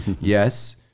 yes